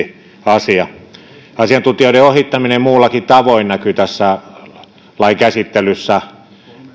muassa tähän etämyyntiasiaan asiantuntijoiden ohittaminen muullakin tavoin näkyi tässä lain käsittelyssä